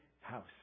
house